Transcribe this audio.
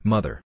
Mother